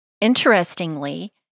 Interestingly